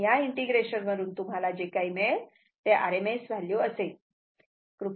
आणि या इंटिग्रेशन वरून तुम्हाला जे काही मिळेल ते RMS व्हॅल्यू असेल